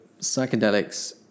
psychedelics